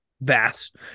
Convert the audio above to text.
vast